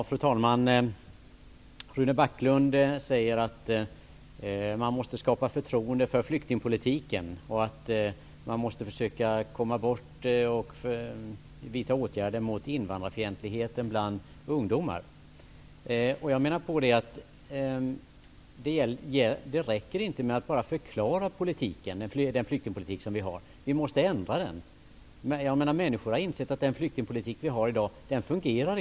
Fru talman! Rune Backlund säger att man måste skapa förtroende för flyktingpolitiken och att man måste försöka vidta åtgärder mot invandrarfientligheten bland ungdomar. Jag menar att det inte räcker att bara förklara den flyktingpolitik vi har -- vi måste ändra den. Människor har insett att den flyktingpolitik vi har i dag inte fungerar.